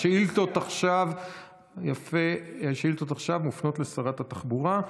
השאילתות עכשיו מופנות לשרת התחבורה.